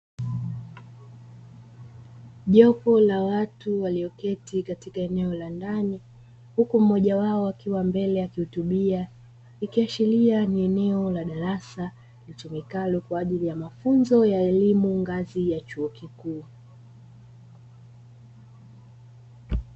Jopo la watu walioketi katika eneo la ndani, huku mmoja wapo akiwa mbele akihutubia. Ikiashiria ni eneo la darasa litumikalo kwa ajili ya mafunzo ya elimu ngazi ya chuo kikuu.